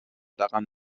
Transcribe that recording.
daran